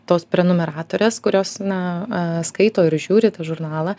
tos prenumeratorės kurios na skaito a ir žiūri tą žurnalą